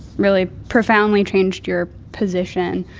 really profoundly changed your position?